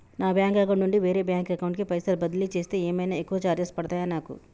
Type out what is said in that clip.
నా bank account నుండి వేరే బ్యాంక్ అకౌంట్ కి పైసల్ బదిలీ చేస్తే ఏమైనా ఎక్కువ చార్జెస్ పడ్తయా నాకు?